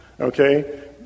Okay